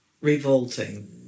revolting